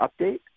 update